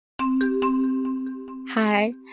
Hi